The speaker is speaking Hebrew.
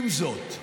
עם זאת,